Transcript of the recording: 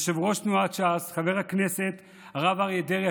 יושב-ראש תנועת ש"ס חבר הכנסת הרב אריה דרעי,